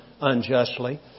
unjustly